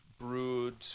brewed